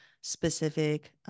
specific